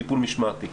טיפול משמעותי.